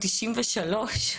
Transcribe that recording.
ב- 1994,